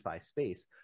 space